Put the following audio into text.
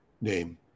name